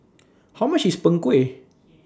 How much IS Png Kueh